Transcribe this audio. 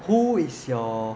who is your